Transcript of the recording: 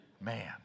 Man